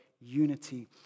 unity